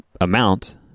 amount